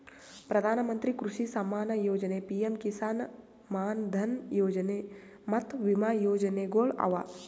ಪ್ರಧಾನ ಮಂತ್ರಿ ಕೃಷಿ ಸಮ್ಮಾನ ಯೊಜನೆ, ಪಿಎಂ ಕಿಸಾನ್ ಮಾನ್ ಧನ್ ಯೊಜನೆ ಮತ್ತ ವಿಮಾ ಯೋಜನೆಗೊಳ್ ಅವಾ